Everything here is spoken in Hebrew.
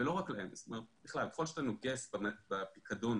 ככל שאתה נוגס בפיקדון